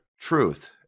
truth